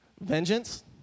Vengeance